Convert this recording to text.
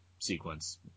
Sequence